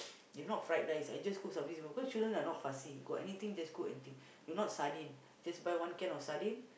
if not fried rice I just cook something simple cause children are not fussy if got anything just cook anything if not sardine just buy one can of sardine